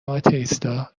آتئیستا